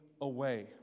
away